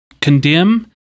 condemn